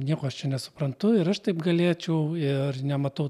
nieko aš čia nesuprantu ir aš taip galėčiau ir nematau